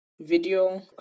video